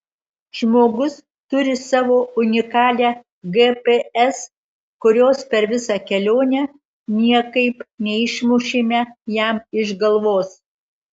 žmogus turi savo unikalią gps kurios per visą kelionę niekaip neišmušėme jam iš galvos